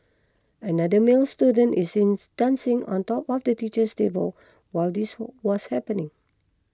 another male student is seems dancing on top of the teacher's table while this was happening